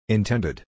Intended